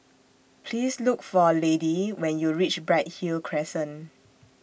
Please Look For Lady when YOU REACH Bright Hill Crescent